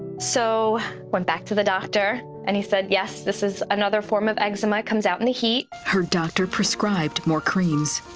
so went back to the doctor. and he said, yes, this is another form of eczema. it comes out in the heat. reporter her doctor prescribed more creams.